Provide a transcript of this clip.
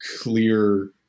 clear